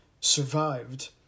survived